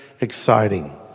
exciting